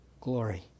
glory